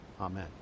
amen